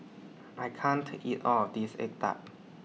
I can't eat All of This Egg Tart